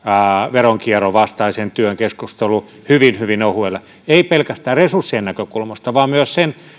veronkierron vastaisen työn keskustelu hyvin hyvin ohuelle ei pelkästään resurssien näkökulmasta vaan myös sen